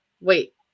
Wait